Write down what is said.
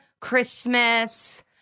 Christmas